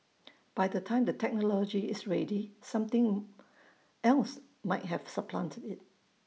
by the time the technology is ready something else might have supplanted IT